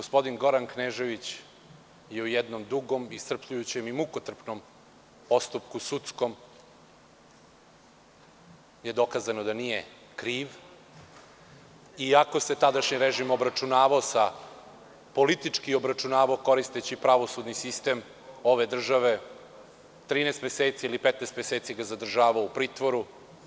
Gospodinu Goranu Kneževiću je u jednom dugom, iscrpljujućem i mukotrpnom sudskom postupku dokazano da nije kriv, iako se tadašnji režim politički obračunavao koristeći pravosudni sistem ove države, 13 ili 15 meseci ga zadržavao u pritvoru.